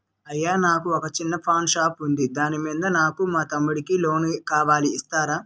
అయ్యా నాకు వొక చిన్న పాన్ షాప్ ఉంది దాని మీద నాకు మా తమ్ముడి కి లోన్ కావాలి ఇస్తారా?